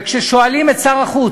וכששואלים את שר החוץ,